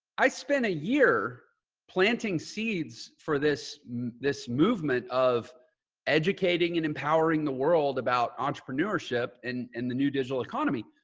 i spent a year planting seeds for this this movement of educating and empowering the world about entrepreneurship and and the new digital economy.